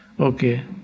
Okay